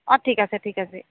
অঁ ঠিক আছে ঠিক আছে